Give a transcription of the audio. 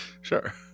Sure